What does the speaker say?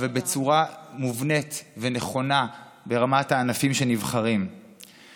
אבל בצורה מובנית ונכונה ברמת הענפים שנבחרים,